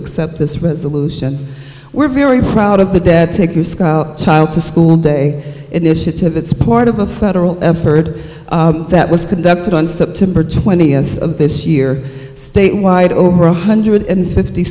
accept this resolution we're very proud of the dead take your child to school day initiative it's part of the federal heard that was conducted on september twentieth of this year statewide over one hundred and fifty